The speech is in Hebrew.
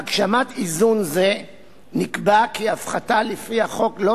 להגשמת איזון זה נקבע כי הפחתה לפי החוק לא